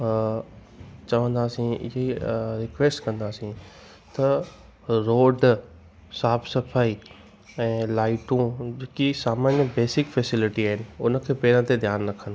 चवंदासीं की रिक्वैस्ट कंदासीं त रोड साफ़ सफ़ाई ऐं लाइटू सामान्य बेसिक फैसिलिटी आहिनि उनखे पहिरें ते ध्यानु रखनि